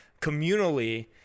communally